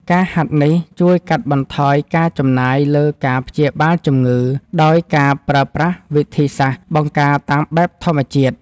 ការហាត់នេះជួយកាត់បន្ថយការចំណាយលើការព្យាបាលជំងឺ ដោយការប្រើប្រាស់វិធីសាស្ត្របង្ការតាមបែបធម្មជាតិ។